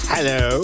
Hello